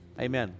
Amen